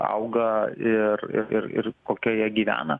auga ir ir ir ir kokioj jie gyvena